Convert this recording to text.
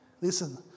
Listen